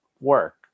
work